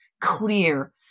clear